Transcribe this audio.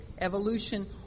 evolution